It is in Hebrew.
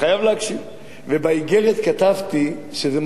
ובאיגרת כתבתי שזה מזכיר לי את ה"טיטניק".